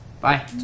bye